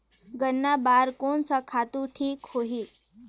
गन्ना बार कोन सा खातु ठीक होही?